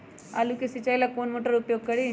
आलू के सिंचाई ला कौन मोटर उपयोग करी?